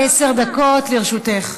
עשר דקות לרשותך.